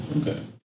Okay